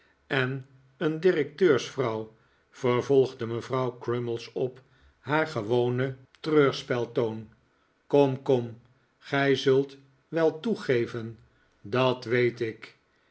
en en directeursvrouw vervolgde mevrouw crummies op haar gewonen treurspeltoon kom kom gij zult wel toegeven dat weet ik